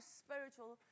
spiritual